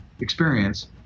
experience